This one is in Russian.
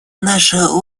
наша